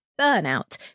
Burnout